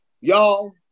y'all